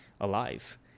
alive